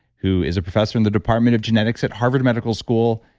who is a professor in the department of genetics at harvard medical school,